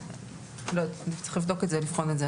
צריך לבחון את זה.